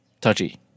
touchy